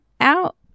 out